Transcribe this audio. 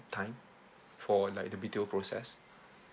time for like the B_T_O process